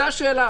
זו השאלה.